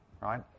right